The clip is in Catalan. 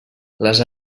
les